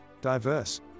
diverse